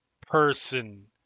person